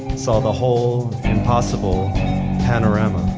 saw the whole impossible panorama.